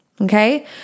Okay